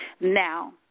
Now